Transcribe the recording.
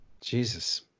Jesus